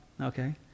okay